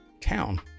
town